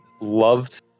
loved